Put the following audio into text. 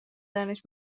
دانش